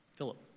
Philip